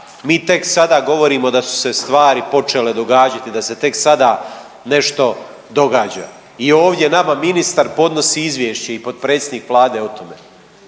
mi tek sada govorimo da su se stvari počele događati, da se tek sada nešto događa. I ovdje nama ministar podnosi izvješće i potpredsjednik Vlade o tome.